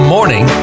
Morning